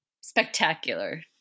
spectacular